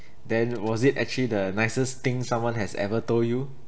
then was it actually the nicest thing someone has ever told you